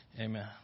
Amen